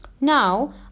Now